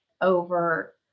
over